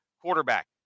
quarterback